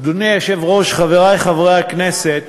אדוני היושב-ראש, חברי חברי הכנסת,